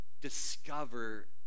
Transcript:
discover